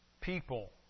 people